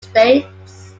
states